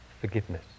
forgiveness